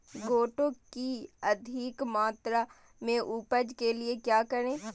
गोटो की अधिक मात्रा में उपज के लिए क्या करें?